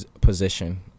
position